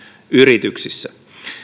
yrityksissä